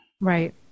right